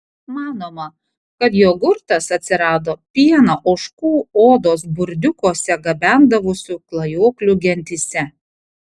manoma kad jogurtas atsirado pieną ožkų odos burdiukuose gabendavusių klajoklių gentyse